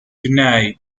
tonight